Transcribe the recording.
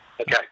Okay